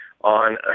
on